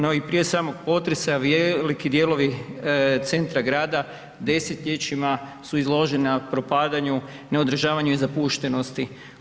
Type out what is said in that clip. No i prije samog potresa veliki dijelovi centra grada desetljećima su izložena propadanju, neodržavanju i zapuštenosti.